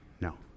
No